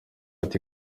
ati